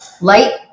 Light